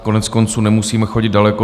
Koneckonců nemusíme chodit daleko.